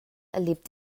erlebt